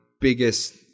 biggest